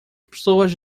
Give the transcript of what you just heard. pessoas